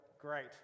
great